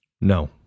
No